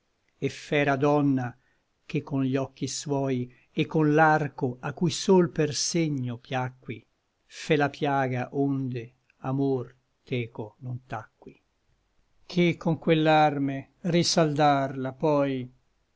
et fera donna che con gli occhi suoi et con l'arco a cui sol per segno piacqui fe la piaga onde amor teco non tacqui che con quell'arme risaldar la pi